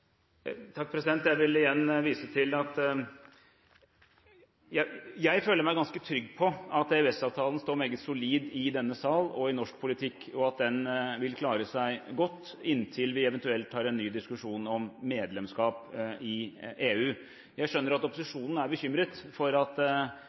Jeg føler meg ganske trygg på at EØS-avtalen står meget solid i denne sal og i norsk politikk, og at den vil klare seg godt inntil vi eventuelt tar en ny diskusjon om medlemskap i EU. Jeg skjønner at